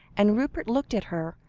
and rupert looked at her,